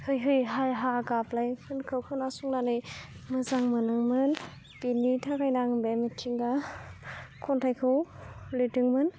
है है हा हा गाबलाय फोरखौ खोनासंनानै मोजां मोनोमोन बिनि थाखायनो आं बे मिथिंगा खन्थाइखौ लिरदोंमोन